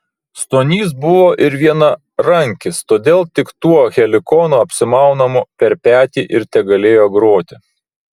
stonys buvo ir vienarankis todėl tik tuo helikonu apsimaunamu per petį ir tegalėjo groti